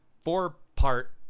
four-part